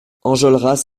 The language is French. enjolras